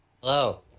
Hello